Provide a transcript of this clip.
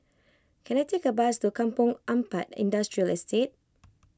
can I take a bus to Kampong Ampat Industrial Estate